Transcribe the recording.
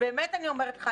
באמת אני אומרת לך,